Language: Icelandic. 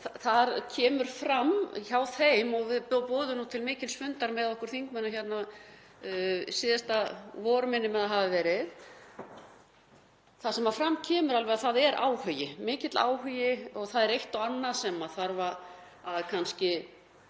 það kemur fram hjá þeim — og við boðuðum til mikils fundar með okkur þingmönnum hérna síðasta vor, minnir mig að hafi verið, þar sem fram kemur alveg að það er mikill áhugi og það er eitt og annað sem þarf að kannski